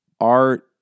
art